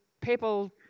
people